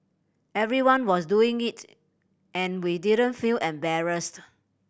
everyone was doing it and we didn't feel embarrassed